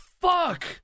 fuck